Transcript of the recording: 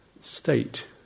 state